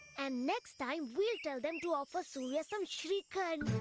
and next time we'll tell them to offer surya some srikhand.